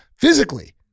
physically